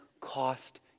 cost